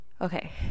okay